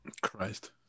Christ